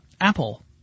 Apple